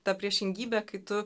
ta priešingybė kai tu